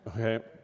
okay